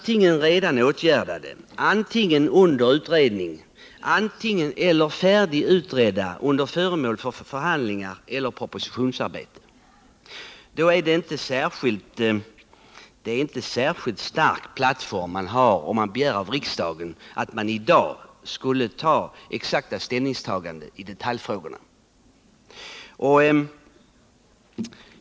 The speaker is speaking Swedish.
Förslagen är redan åtgärdade, under utredning eller färdigutredda och föremål för förhandlingar eller propositionsarbete. Därför står man inte på en särskilt stark plattform om man begär att riksdagen i dag skall göra exakta ställningstaganden i detaljfrågorna.